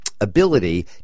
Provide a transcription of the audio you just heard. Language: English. ability